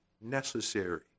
necessary